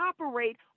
operate